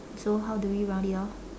so how do we round it off